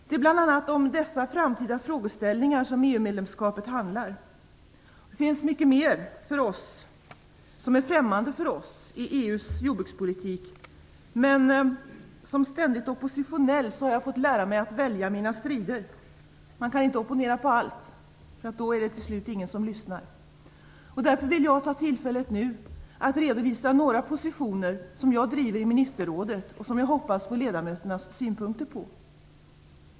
Det är bl.a. om dessa framtida frågeställningar som EU-medlemskapet handlar. Det finns mycket mer i EU:s jordbrukspolitik som är främmande för oss, men som ständigt oppositionell har jag fått lära mig att välja mina strider. Man kan inte opponera mot allt, för då är det till slut ingen som lyssnar. Därför vill jag ta tillfället nu att redovisa några positioner som jag driver i ministerrådet och som jag hoppas få ledamöternas synpunkter på.